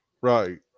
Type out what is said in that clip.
Right